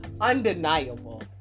undeniable